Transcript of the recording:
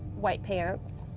white pants,